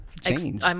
change